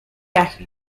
ágil